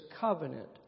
covenant